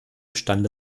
stande